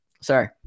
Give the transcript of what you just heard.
Sorry